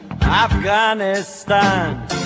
Afghanistan